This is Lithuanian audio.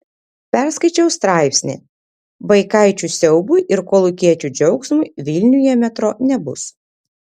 perskaičiau straipsnį vaikaičių siaubui ir kolūkiečių džiaugsmui vilniuje metro nebus